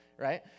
Right